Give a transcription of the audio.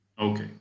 Okay